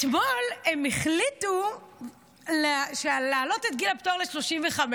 אתמול הם החליטו להעלות את גיל הפטור ל-35.